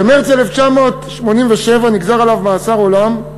במרס 1987 נגזר עליו מאסר עולם,